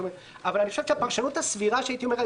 אבל אני חושב שהפרשנות הסבירה היום,